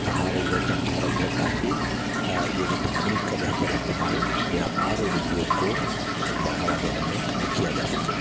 पढ़ा रही है समझा रही है ताकि ये जो तकनीक का बेहतर इस्तेमाल व्यापार और उद्योग को बढ़ावा देने में किया जा सके